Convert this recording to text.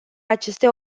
aceste